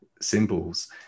symbols